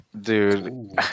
dude